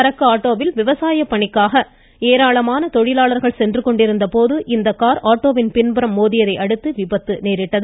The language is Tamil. சரக்கு ஆட்டோவில் விவசாய பணிக்காக ஏராளமான தொழிலாளர்கள் சென்று கொண்டிருந்த போது இந்த கார் ஆட்டோவின் பின்புறம் மோதியதையடுத்து இந்த விபத்து நேரிட்டது